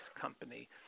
company